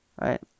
right